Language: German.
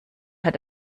hat